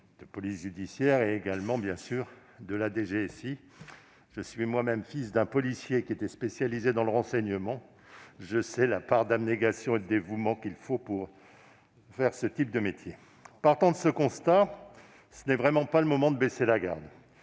de police, de gendarmerie et, bien sûr, de la DGSI. Je suis moi-même fils d'un policier qui était spécialisé dans le renseignement : je sais la part d'abnégation et de dévouement qu'il faut pour exercer ce type de métier. Partant de ce constat, ce n'est vraiment pas le moment de baisser la garde.